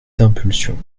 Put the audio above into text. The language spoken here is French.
d’impulsion